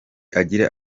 agira